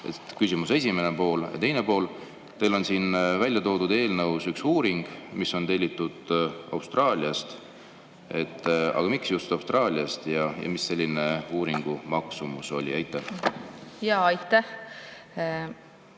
küsimuse esimene pool. Teine pool: teil on välja toodud eelnõus üks uuring, mis on tellitud Austraaliast. Aga miks just Austraaliast? Mis selle uuringu maksumus oli? Aitäh!